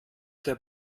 der